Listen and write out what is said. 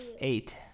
Eight